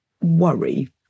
worry